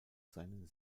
seinen